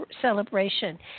celebration